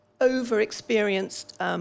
over-experienced